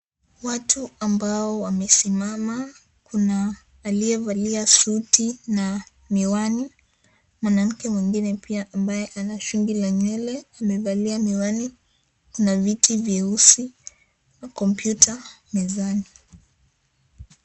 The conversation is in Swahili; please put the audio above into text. Watu ambao wamesimama, kuna aliyevalia suti na miwani. Mwanamke mwingine pia ambaye anashugli ya nywele amevalia miwani. Kuna viti vyeusi, kompyuta mezani.